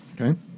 Okay